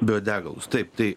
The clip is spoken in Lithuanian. biodegalus taip tai